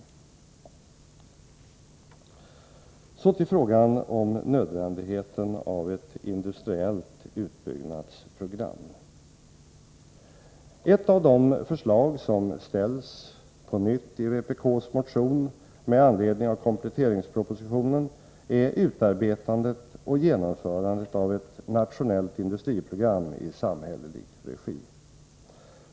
Så till frågan om nödvändigheten av ett industriellt utbyggnadsprogram. Ett av de förslag som på nytt ställs i vpk:s motion med anledning av kompletteringspropositionen är utarbetandet och genomförandet av ett nationellt industriprogram i samhällelig regi.